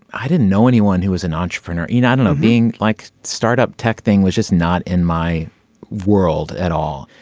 i didn't know anyone who was an entrepreneur in i don't know being like startup tech thing was just not in my world at all.